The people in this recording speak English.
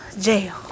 jail